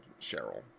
Cheryl